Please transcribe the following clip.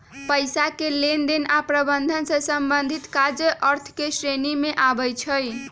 पइसा के लेनदेन आऽ प्रबंधन से संबंधित काज अर्थ के श्रेणी में आबइ छै